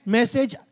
message